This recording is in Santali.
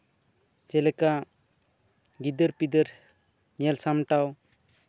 ᱡᱮᱞᱮᱠᱟ ᱜᱤᱫᱟᱹᱨ ᱯᱤᱫᱟᱹᱨ ᱧᱮᱞ ᱥᱟᱢᱴᱟᱣ